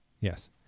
yes